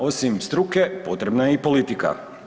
Osim struke potrebna je i politika.